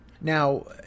Now